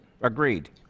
Agreed